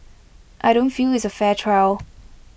I don't feel it's A fair trial